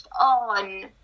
on